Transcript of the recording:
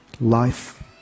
Life